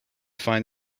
find